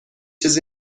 چیزی